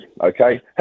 okay